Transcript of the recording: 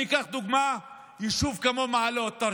אני אקח לדוגמה יישוב כמו מעלות-תרשיחא.